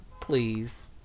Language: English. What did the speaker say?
please